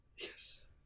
Yes